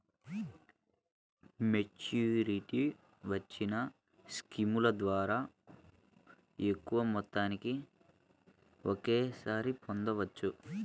మెచ్యూరిటీకి వచ్చిన స్కీముల ద్వారా ఎక్కువ మొత్తాన్ని ఒకేసారి పొందవచ్చు